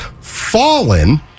fallen